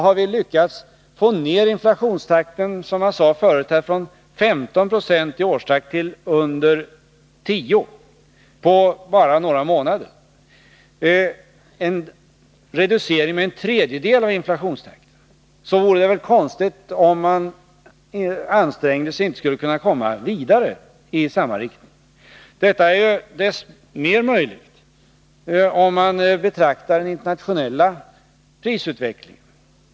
Har vi lyckats få ned inflationstakten från 15 96 i årstakt till under 10 26 på bara några månader — en reducering med en tredjedel av inflationstakten — vore det väl konstigt om vi inte skulle komma vidare i samma riktning om vi anstränger oss. Detta förefaller än mer möjligt om man betraktar den internationella prisutvecklingen.